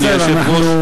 אדוני היושב-ראש.